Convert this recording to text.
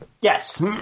Yes